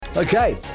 Okay